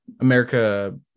America